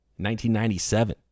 1997